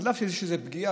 אף שזו פגיעה.